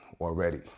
already